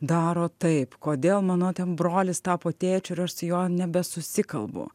daro taip kodėl mano ten brolis tapo tėčiu ir aš su juo nebesusikalbu